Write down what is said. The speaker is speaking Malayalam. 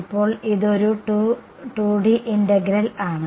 ഇപ്പോൾ ഇതൊരു 2D ഇന്റഗ്രൽ ആണ്